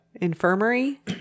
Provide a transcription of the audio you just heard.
Infirmary